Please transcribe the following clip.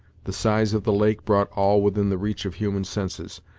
the size of the lake brought all within the reach of human senses,